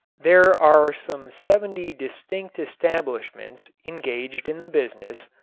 there are some seventy distinct establishments engaged in the business,